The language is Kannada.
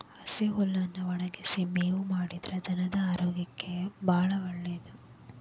ಹಸಿ ಹುಲ್ಲನ್ನಾ ಒಣಗಿಸಿ ಮೇವು ಮಾಡಿದ್ರ ಧನದ ಆರೋಗ್ಯಕ್ಕೆ ಬಾಳ ಒಳ್ಳೇದ